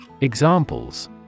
Examples